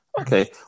okay